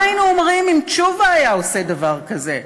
מה היינו אומרים אם תשובה היה עושה דבר כזה?